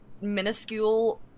minuscule